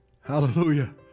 Hallelujah